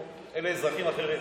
או אלה אזרחים אחרים,